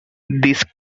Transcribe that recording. these